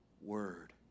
word